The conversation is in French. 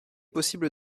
possible